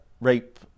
rape